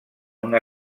una